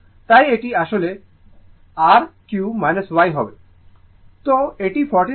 সুতরাং এটি 1461 অ্যাম্পিয়ার আসছে